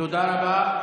תודה רבה.